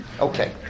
Okay